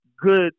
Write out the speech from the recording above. good